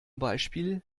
beispiel